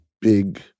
big